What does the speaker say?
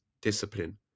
discipline